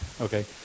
okay